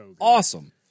awesome